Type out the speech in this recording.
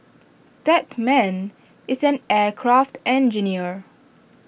that man is an aircraft engineer